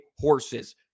horses